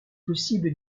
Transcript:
possible